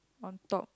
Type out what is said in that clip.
on top